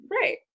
Right